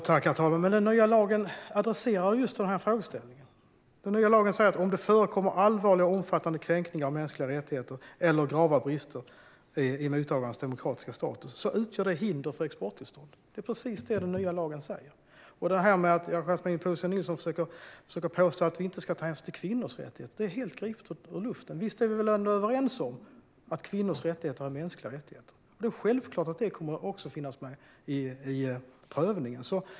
Herr talman! Den nya lagen adresserar just den frågeställningen. Den säger att om det förekommer allvarliga och omfattande kränkningar av mänskliga rättigheter eller grava brister i mottagarens demokratiska status utgör det hinder för exporttillstånd. Det är precis det den nya lagen säger. Yasmine Posio Nilsson försöker påstå att vi inte tar hänsyn till kvinnors rättigheter. Det är helt gripet ur luften. Vi är väl ändå överens om att kvinnors rättigheter är mänskliga rättigheter? Det är alltså självklart att det också kommer att finnas med i prövningen.